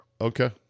Okay